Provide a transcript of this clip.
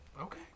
okay